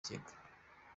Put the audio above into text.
kigega